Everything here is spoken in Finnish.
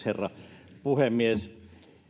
herra puhemies